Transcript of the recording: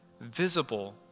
visible